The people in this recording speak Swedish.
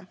År